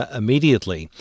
immediately